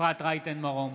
אפרת רייטן מרום,